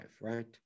right